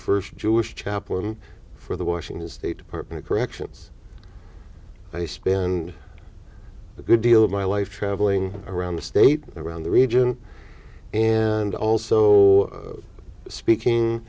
first jewish chaplain for the washington state department of corrections i spend a good deal of my life traveling around the state around the region and also speaking